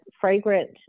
fragrant